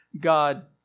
God